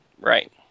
Right